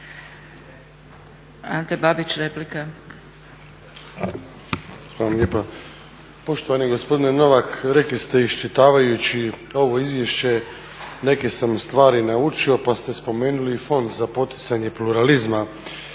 Ante Babić, replika.